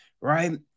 right